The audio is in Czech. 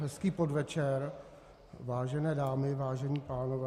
Hezký podvečer, vážené dámy, vážení pánové.